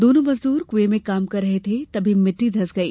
दोनों मजदूर कुएं में काम कर रहे थे तभी मिट्टी धंस गई